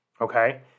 Okay